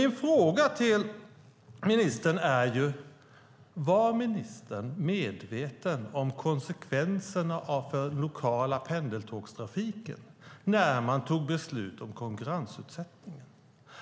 Mina frågor till ministern är: Var ministern medveten om konsekvenserna för den lokala pendeltågstrafiken när man beslutade om konkurrensutsättningen?